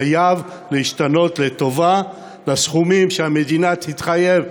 חייב להשתנות לטובה בסכומים שהמדינה תתחייב רב-שנתית,